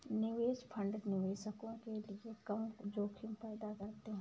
निवेश फंड निवेशकों के लिए कम जोखिम पैदा करते हैं